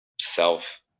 self